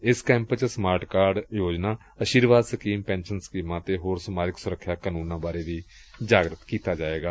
ਏਸ ਕੈਂਪ ਚ smart card ਯੋਜਨਾ ਅਸ਼ੀਰਵਾਦ ਸਕੀਮ ਪੈਨਸ਼ਨ ਸਕੀਮਾਂ ਅਤੇ ਹੋਰ ਸਮਾਜਿਕ ਸੁਰੱਖਿਆ ਕਾਨੂੰਨਾਂ ਬਾਰੇ ਜਾਗ੍ਤਿ ਕੀਤਾ ਜਾਏਗਾ